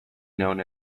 known